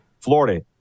Florida